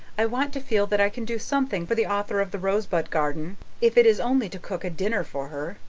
i want to feel that i can do something for the author of the rosebud garden if it is only to cook a dinner for her.